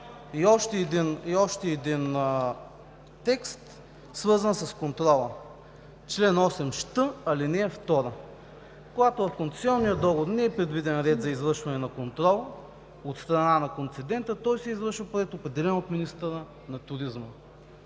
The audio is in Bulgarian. И още един текст, свързан с контрола. „Чл. 8щ. (2) Когато в концесионния договор не е предвиден ред за извършване на контрол от страна на концедента, той се извършва по ред, определен от министъра на туризма.“